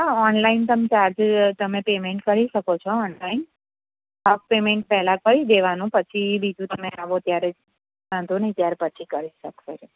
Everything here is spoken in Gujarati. હા ઓનલાઇન તમે ચાર્જ તમે પેમેન્ટ કરી શકો છો ઓનલાઇન હાફ પેમેન્ટ પહેલાં કરી દેવાનું પછી બીજું તમે આવો ત્યારે વાંધો નહીં ત્યાર પછી કરી શકો છો